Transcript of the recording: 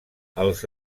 els